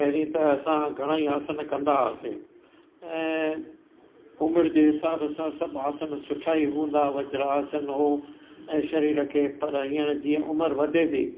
पहिरीं त असां घणई आसन कंदा हुआसीं ऐं उमिरि जे हिसाब सां सभु आसन सुठा ई हूंदा वज्रासन हो ऐं शरीर खे पर हींअर जीअं उमिरि वधे थी